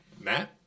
Matt